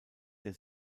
der